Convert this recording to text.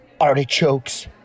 artichokes